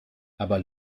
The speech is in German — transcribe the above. aber